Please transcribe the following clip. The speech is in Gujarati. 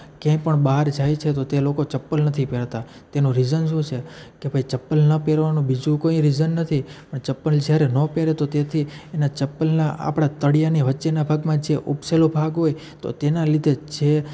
ક્યાંય પણ બહાર જાય છે તો તે લોકો ચંપલ નથી પહેરતા તેનું રિઝન શું છે કે ભાઈ ચંપલ ન પહેરવાનું બીજું કોઈ રિઝન નથી પણ ચંપલ જ્યારે ન પહેરે તો તેથી એના ચંપલના આપણા તળિયાની વચ્ચેના ભાગમાં જે ઉપસેલો ભાગ હોય તો તેના લીધે જ જે